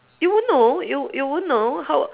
you won't know you you won't know how